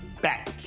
back